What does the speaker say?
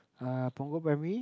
uh Punggol primary